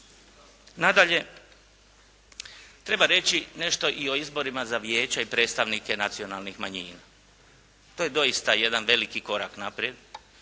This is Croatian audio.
Nadalje, treba reći nešto i o izborima za vijeće i predstavnike nacionalnih manjina. To je doista jedan veliki korak naprijed